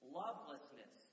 lovelessness